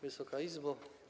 Wysoka Izbo!